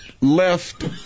left